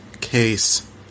case